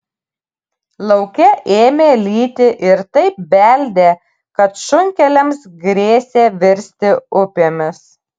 lauke ėmė lyti ir taip beldė kad šunkeliams grėsė virsti upėmis